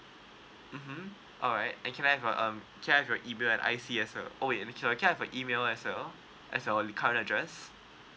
mmhmm alright and can I have um can I have your email and I_C as well oh can I have your email as well as well your current address